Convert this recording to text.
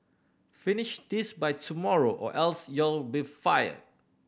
finish this by tomorrow or else you'll be fired